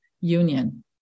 union